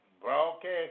broadcast